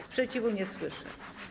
Sprzeciwu nie słyszę.